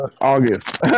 august